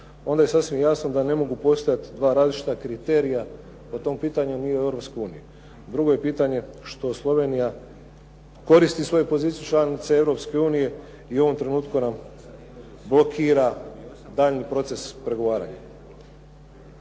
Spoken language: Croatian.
onda je sasvim jasno da ne mogu postojati dva različita kriterija po tom pitanju ni u Europskoj uniji. Drugo je pitanje što Slovenija koristi svoje pozicije članice Europske unije i u ovom trenutku nam blokira daljnji proces pregovaranja.